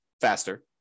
faster